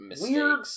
weird